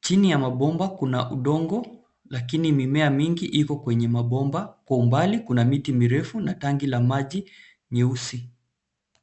Chini ya mabomba kuna udongo, lakini mimea mingi iko kwenye mabomba. Kwa umbali kuna miti mirefu na tangi la maji nyeusi.